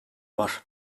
var